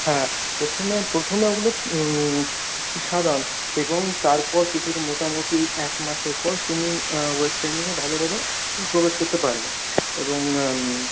হ্যাঁ প্রথমে প্রথমে ওগুলো সাধারণ এবং তারপর কিছুদিন মোটামুটি একমাসের পর তুমি ওয়েট ট্রেনিংয়ে ভালোভাবে প্রবেশ করতে পারবে এবং